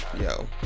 Yo